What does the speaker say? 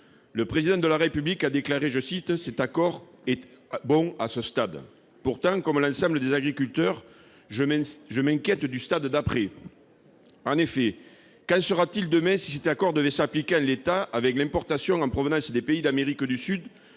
le Président de la République a déclaré que celui-ci était « bon à ce stade ». Pourtant, comme l'ensemble des agriculteurs, je m'inquiète du stade d'après. En effet, qu'en sera-t-il demain si cet accord devait s'appliquer en l'état, avec l'importation en provenance des pays d'Amérique du Sud